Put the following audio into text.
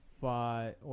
five